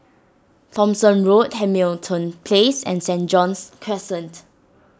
Thomson Road Hamilton Place and Saint John's Crescent